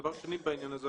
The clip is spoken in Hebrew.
דבר שני בעניין הזה,